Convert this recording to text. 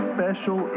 Special